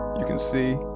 can see.